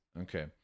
Okay